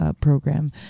program